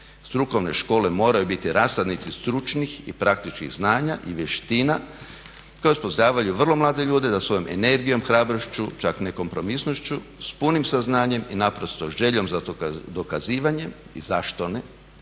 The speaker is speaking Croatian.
Strukovne škole moraju biti rasadnici stručnih i praktičnih znanja i vještina koju uspostavljaju vrlo mlade ljude da svojom energijom, hrabrošću čak nekompromisnošću s punim saznanjem i naprosto željom za dokazivanjem, zašto ne,